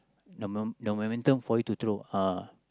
the mo~ the momentum for you to throw uh